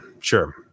Sure